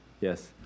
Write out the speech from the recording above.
Yes